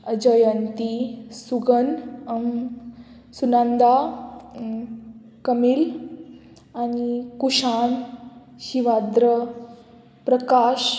जयंती सुगन सुननंदा कमील आनी कुशान शिवाद्र प्रकाश